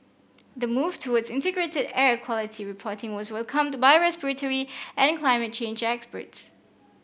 the move towards integrated air quality reporting was welcomed by respiratory and climate change experts